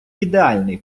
ідеальний